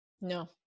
No